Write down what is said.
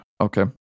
okay